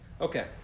Okay